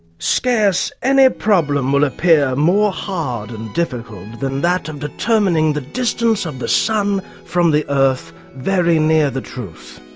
scarce any problem will appear more hard and difficult than that of determining the distance of um the sun from the earth very near the truth.